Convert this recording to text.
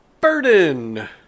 Burden